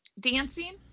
Dancing